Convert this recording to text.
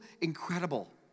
incredible